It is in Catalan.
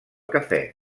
cafè